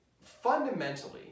fundamentally